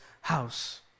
house